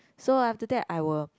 so after that I will